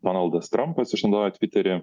donaldas trampas išnaudojo tviterį